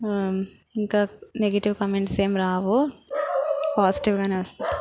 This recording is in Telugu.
ఇంకా నెగిటివ్ కామెంట్స్ ఏమి రావు పాజిటివ్ గానే వస్తాయి